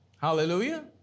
Hallelujah